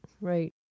right